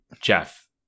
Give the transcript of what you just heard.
jeff